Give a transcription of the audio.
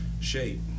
shape